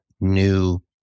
new